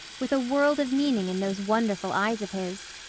with a world of meaning in those wonderful eyes of his.